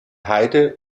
heide